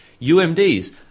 UMDs